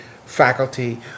Faculty